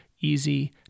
easy